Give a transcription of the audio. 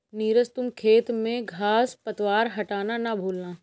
नीरज तुम खेत में घांस पतवार हटाना ना भूलना